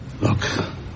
Look